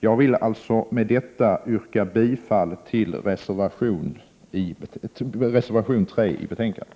Jag vill med detta yrka bifall till reservation 3 i betänkandet.